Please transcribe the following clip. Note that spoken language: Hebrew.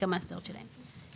כמאסדר שלהם.